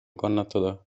kannatada